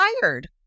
tired